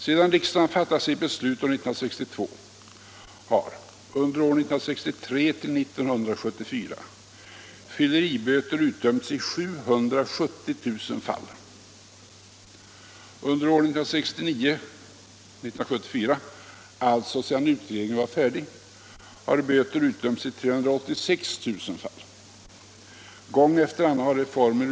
Sedan riksdagen fattade sitt beslut år 1962 har under åren 1963-1974 fylleriböter utdömts i 770 000 fall. Under åren 1969-1974, alltså sedan utredningen var färdig, har böter utdömts i 386 000 fall.